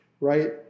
right